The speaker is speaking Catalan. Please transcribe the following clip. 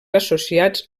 associats